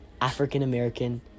African-American